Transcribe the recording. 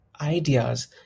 ideas